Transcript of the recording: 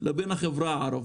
לבין החברה הערבית.